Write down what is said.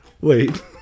Wait